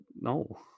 no